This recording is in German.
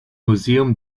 museum